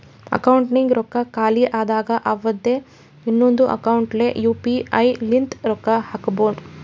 ಅಕೌಂಟ್ನಾಗ್ ರೊಕ್ಕಾ ಖಾಲಿ ಆದಾಗ ಅವಂದೆ ಇನ್ನೊಂದು ಅಕೌಂಟ್ಲೆ ಯು ಪಿ ಐ ಲಿಂತ ರೊಕ್ಕಾ ಹಾಕೊಂಡುನು